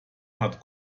hat